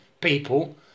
people